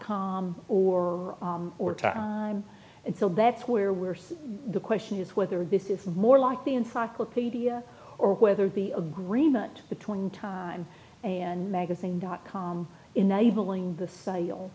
com or or time and so that's where we're the question is whether this is more like the encyclopedia or whether the agreement between time and magazine dot com enabling the sale